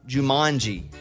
Jumanji